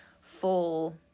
full